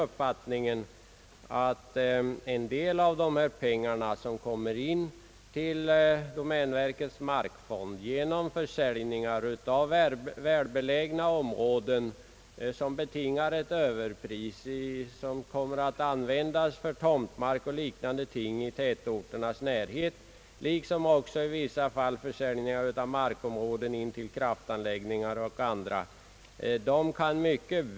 Pengar kommer in till domänverkets markfond genom försäljningar av välbelägna områden, som betingar ett överpris och som kommer att användas till tomtmark och liknande ändamål i tätorternas närhet, liksom i vissa fall genom försäljning av markområden intill kraftstationer och andra liknande anläggningar.